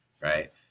right